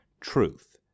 truth